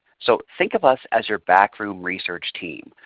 so think of us as your backroom research team.